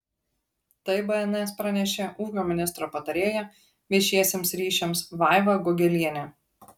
tai bns pranešė ūkio ministro patarėja viešiesiems ryšiams vaiva gogelienė